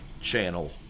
channel